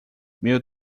meu